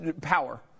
power